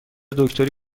دکتری